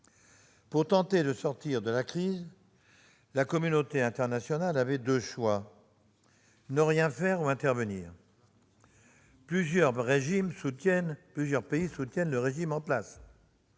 Pour tenter de sortir de la crise, la communauté internationale avait deux choix : ne rien faire ou intervenir. Plusieurs pays soutiennent le régime en place,